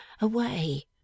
away